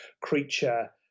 creature